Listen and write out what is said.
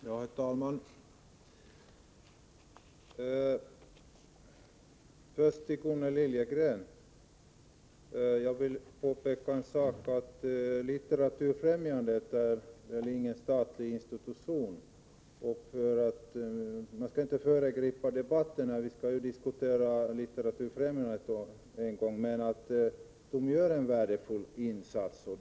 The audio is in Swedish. Herr talman! Jag vill först för Gunnel Liljegren påpeka att Litteraturfrämjandet inte är någon statlig institution. Vi skall diskutera Litteraturfrämjandet senare, och jag skall inte föregripa den debatten, men jag kan säga att Litteraturfrämjandet gör en värdefull insats.